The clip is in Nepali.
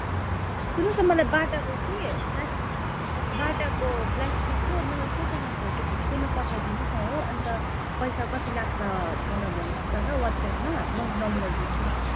हुन्छ सुन्नुस् न मलाई बाटाको कि प्लास बाटाको प्लास्टिकको नरिसाइकन फोटो खिचिकन पठाइदिनुस् न हो अन्त पैसा कति लाग्छ मलाई भन्नुहोस् न ल वाट्सएपमा म नम्बर दिन्छु नि